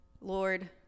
Lord